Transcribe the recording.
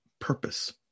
purpose